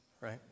right